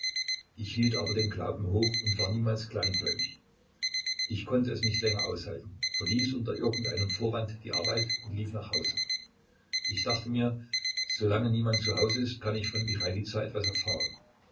ich hielt aber den glauben hoch und war niemals kleingläubig ich konnte es nicht länger aushalten verließ unter irgendeinem vorwand die arbeit und lief nach hause ich dachte mir solange niemand zu hause ist kann ich von michailiza etwas erfahren